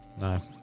No